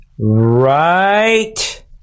Right